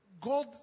God